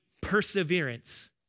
perseverance